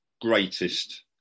greatest